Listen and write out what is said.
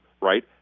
right